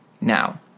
Now